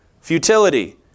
Futility